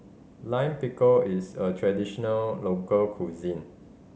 Lime Pickle is a traditional local cuisine